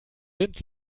sind